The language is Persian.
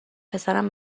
پسرم